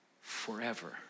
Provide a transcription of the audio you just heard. forever